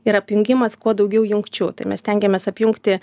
ir apjungimas kuo daugiau jungčių tai mes stengiamės apjungti